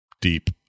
deep